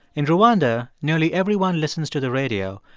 in rwanda, nearly everyone listens to the radio,